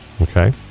Okay